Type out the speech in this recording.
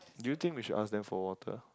do you think we should ask them for water